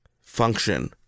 function